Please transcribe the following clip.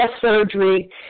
surgery